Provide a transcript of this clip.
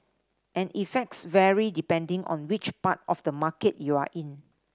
and effects vary depending on which part of the market you're in